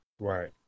right